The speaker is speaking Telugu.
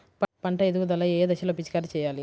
పంట ఎదుగుదల ఏ దశలో పిచికారీ చేయాలి?